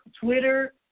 twitter